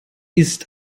ist